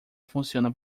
funciona